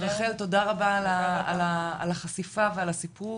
רחל תודה רבה על החשיפה והסיפור,